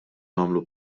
nagħmlu